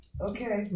Okay